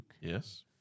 Yes